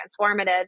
transformative